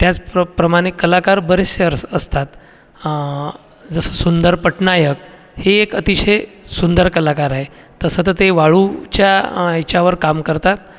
त्याच प्रब प्रमाणे कलाकार बरेचसे अ असतात सुंदर पटनायक हे एक अतिशय सुंदर कलाकार आहे तसं तर ते वाळूच्या याच्यावर काम करतात